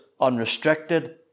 unrestricted